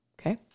Okay